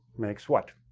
makes what?